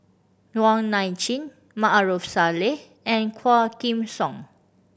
Wong Nai Chin Maarof Salleh and Quah Kim Song